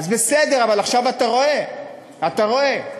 בסדר, אבל עכשיו אתה רואה, אתה רואה.